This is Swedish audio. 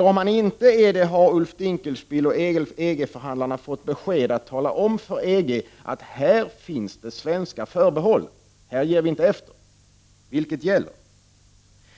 Om han inte är det, har Ulf Dinkelspiel och EG-förhandlarna fått besked att de skall tala om för EG att Sverige har förbehåll och att vi inte kommer att ge efter? Vilket gäller?